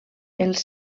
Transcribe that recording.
els